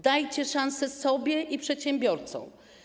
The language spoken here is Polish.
Dajcie szansę sobie i przedsiębiorcom.